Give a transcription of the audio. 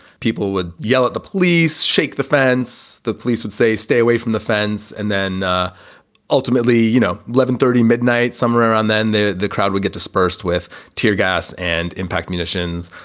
people would yell at the police, shake the fence. the police would say, stay away from the fence. and then ultimately, you know, eleven, thirty, midnight, somewhere around, then the the crowd would get dispersed with tear gas and impact munitions.